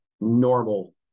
normal